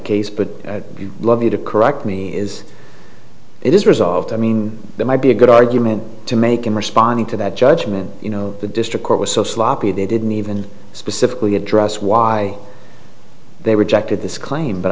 case but you love me to correct me is it is resolved i mean that might be a good argument to make in responding to that judgment you know the district court was so sloppy they didn't even specifically address why they rejected this claim